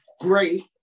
great